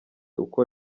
uko